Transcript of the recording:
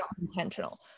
intentional